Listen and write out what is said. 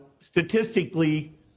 statistically